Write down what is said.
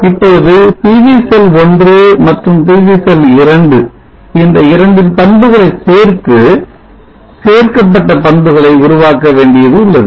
இப்பொழுது PV cell 1 மற்றும் PV cell 2 இந்த இரண்டின் பண்புகளை சேர்த்து சேர்க்கப்பட்ட பண்புகளை உருவாக்க வேண்டியது உள்ளது